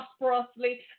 prosperously